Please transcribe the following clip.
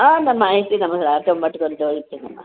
ಹಾಂ ನಮ್ಮ ಇರ್ತಿನಮ್ಮ ಹತ್ತು ಒಂಬತ್ತು ಗಂಟೆಯೊಳಗೆ ಇರ್ತೀನಮ್ಮ